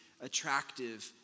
attractive